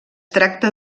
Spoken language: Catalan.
tracta